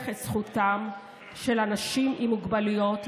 את זכותם של אנשים עם מוגבלויות לשוויון,